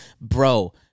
bro